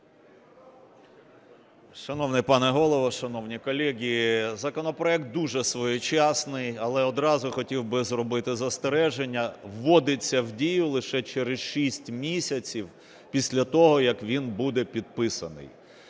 Шановний пане Голово, шановні колеги, законопроект дуже своєчасний. Але одразу хотів би зробити застереження: вводиться в дію лише через шість місяців після того, як він буде підписаний.